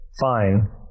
Fine